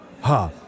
ha